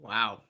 Wow